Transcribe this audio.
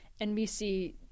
NBC